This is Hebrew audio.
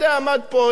עמד פה אחד,